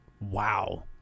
Wow